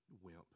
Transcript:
wimp